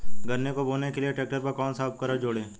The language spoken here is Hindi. गन्ने को बोने के लिये ट्रैक्टर पर कौन सा उपकरण जोड़ें?